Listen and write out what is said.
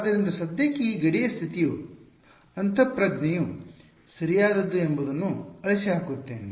ಆದ್ದರಿಂದ ಸದ್ಯಕ್ಕೆ ಈ ಗಡಿ ಸ್ಥಿತಿಯು ಅಂತಃಪ್ರಜ್ಞೆಯು ಸರಿಯಾದದ್ದು ಎಂಬುದನ್ನು ಅಳಿಸಿಹಾಕುತ್ತೇನೆ